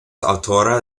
autora